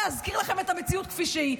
להזכיר לכם את המציאות כפי שהיא.